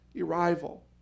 arrival